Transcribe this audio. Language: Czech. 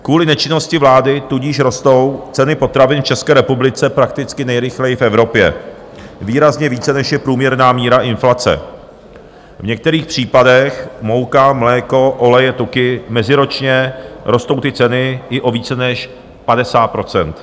Kvůli nečinnosti vlády tudíž rostou ceny potravin v České republice prakticky nejrychleji v Evropě, výrazně více, než je průměrná míra inflace v některých případech: mouka, mléko, oleje, tuky, meziročně rostou ty ceny i o více než 50 %.